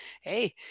hey